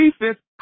defense